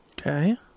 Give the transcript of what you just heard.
Okay